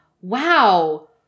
wow